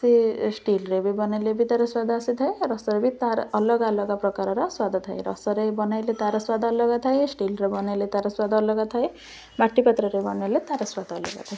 ସେ ଷ୍ଟିଲ୍ରେ ବି ବନାଇଲେ ବି ତା'ର ସ୍ୱାଦ ଆସିଥାଏ ରସରେ ବି ତା'ର ଅଲଗା ଅଲଗା ପ୍ରକାରର ସ୍ୱାଦ ଥାଏ ରସରେ ବନାଇଲେ ତା'ର ସ୍ୱାଦ ଅଲଗା ଥାଏ ଷ୍ଟିଲ୍ରେ ବନାଇଲେ ତା'ର ସ୍ୱାଦ ଅଲଗା ଥାଏ ମାଟି ପାତ୍ରରେ ବନାଇଲେ ତା'ର ସ୍ୱାଦ ଅଲଗା ଥାଏ